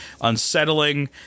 unsettling